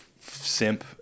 simp